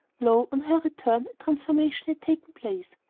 lo! on her return, a transformation had taken place,